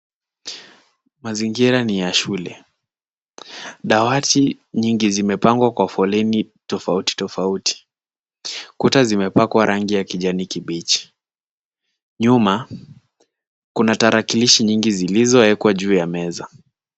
Mazingira ni ya shule. Dawati nyingi zimepangwa kwa foleni tofauti tofauti. Kuta zimepakwa rangi ya kijani kibichi. Nyuma, kuna tarakilishi nyingi zilizoekwa juu ya meza.